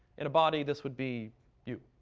in a body this would be you.